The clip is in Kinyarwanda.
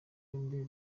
yombi